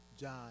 John